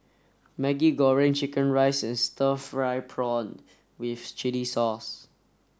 Maggi Goreng Chicken Rice and stir fried prawn with chili sauce